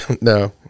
No